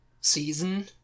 season